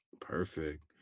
perfect